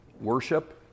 worship